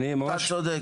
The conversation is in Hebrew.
אתה צודק.